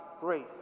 grace